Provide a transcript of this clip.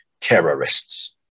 terrorists